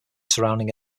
surrounding